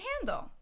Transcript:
handle